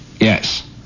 Yes